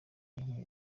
nke